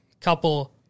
couple